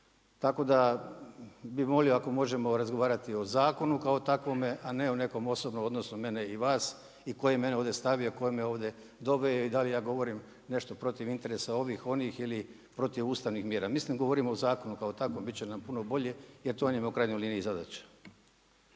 Tako da bi molio ako možemo razgovarati o zakonu kao takvome, a ne o nekom osobnom odnosu mene i vas i tko je mene ovdje stavio i tko me ovdje doveo i da li ja govorim nešto protiv interesa ovih, onih ili protiv ustavnih mjera. Mislim govorimo o zakonu kao takvom bit će nam puno bolje jer to nam je u krajnjoj liniji zadaća.